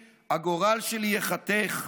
/ הגורל שלי ייחתך,